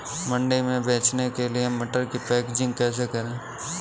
मंडी में बेचने के लिए मटर की पैकेजिंग कैसे करें?